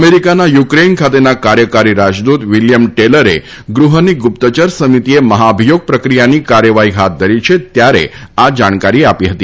અમેરિકાના યુક્રેઇન ખાતેના કાર્યકારી રાજદૂત વિલિયમ ટેલરે ગૃહની ગુપ્તયર સમિતિએ મહાભિયોગ પ્રક્રિયાની કાર્યવાહી હાથ ધરી છે ત્યારે આ જાણકારી આપી હતી